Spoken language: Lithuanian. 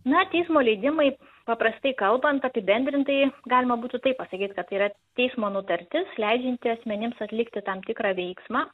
na teismo leidimai paprastai kalbant apibendrintai galima būtų taip pasakyt kad tai yra teismo nutartis leidžianti asmenims atlikti tam tikrą veiksmą